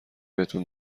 بهتون